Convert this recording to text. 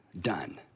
done